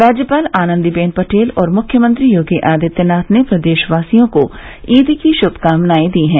राज्यपाल आनन्दीबेन पटेल और मुख्यमंत्री योगी आदित्यनाथ ने प्रदेशवासियों को ईद पर श्मकामनाए दी हैं